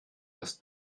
das